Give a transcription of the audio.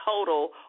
total